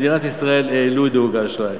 למדינת ישראל העלו את דירוג האשראי.